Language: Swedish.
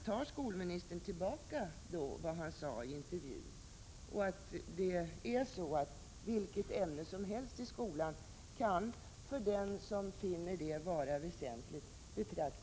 Tar skolministern tillbaka vad han sade i intervjun? Kan vilket ämne som helst i skolan betraktas som ett basämne för den som finner det vara väsentligt?